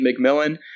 McMillan